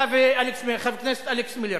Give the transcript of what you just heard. אתה וחבר הכנסת אלכס מילר?